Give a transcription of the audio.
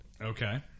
Okay